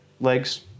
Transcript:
legs